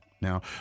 Now